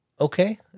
Okay